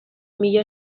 mila